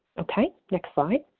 okay. next slide.